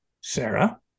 Sarah